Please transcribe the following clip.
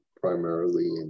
primarily